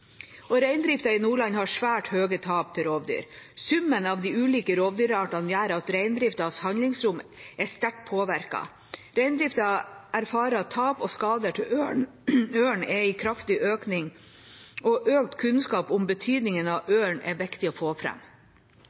i Nordland har svært store tap til rovdyr, og summen av de ulike rovdyrartene gjør at reindriftens handlingsrom er sterkt påvirket. Reindriften erfarer at tap og skader til ørn er i kraftig økning, og økt kunnskap om betydningen av ørn er viktig å få